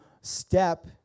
step